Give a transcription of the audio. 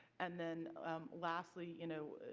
and then lastly, you know,